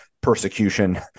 persecution